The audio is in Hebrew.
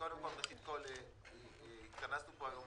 קודם כול, ראשית כול, התכנסנו פה היום